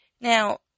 Now